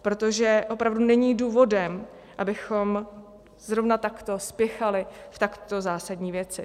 Protože opravdu není důvod, abychom zrovna takto spěchali v takto zásadní věci.